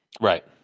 Right